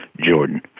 Jordan